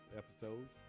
episodes